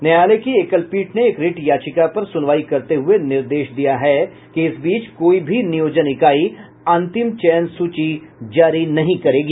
न्यायालय की एकलपीठ ने एक रिट याचिका पर सुनवाई करते हुए निर्देश दिया है कि इस बीच कोई भी नियोजन इकाई अंतिम चयन सूची जारी नहीं करेगी